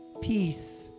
peace